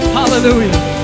hallelujah